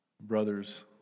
brothers